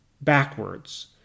backwards